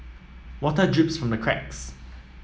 water drips from the cracks